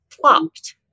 flopped